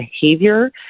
behavior